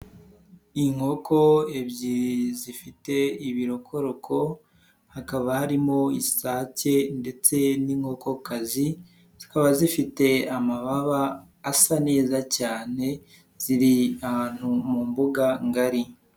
Inkoko ebyiri zifite ibirokoroko, hakaba harimo isake ndetse n'inkokokazi, zikaba zifite amababa asa neza cyane, ziri ahantu mu mbuga ngari.